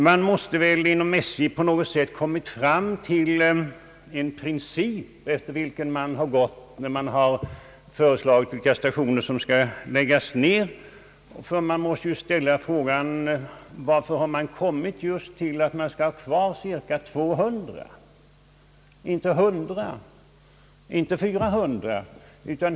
Man måste väl inom SJ på något sätt ha kommit fram till en princip, efter vilken man har gått när man föreslagit vilka stationer som skall läggas ner, ty den frågan måste ju ställas: Varför har man kommit till att man skall ha kvar cirka 200 stationer — inte 100, eller 400?